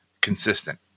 consistent